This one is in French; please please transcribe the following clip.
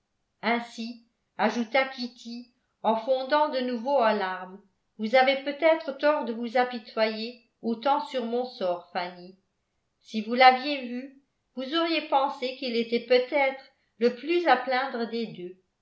ainsi ajouta kitty en fondant de nouveau en larmes vous avez peut-être tort de vous apitoyer autant sur mon sort fanny si vous l'aviez vu vous auriez pensé qu'il était peut-être le plus à plaindre des deux